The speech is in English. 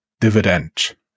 dividend